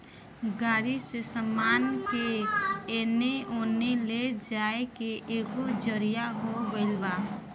गाड़ी से सामान के एने ओने ले जाए के एगो जरिआ हो गइल बा